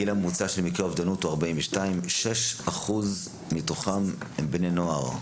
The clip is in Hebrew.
הגיל הממוצע של מקרי האובדנות הוא 42. 6% מתוכם הם בני נוער.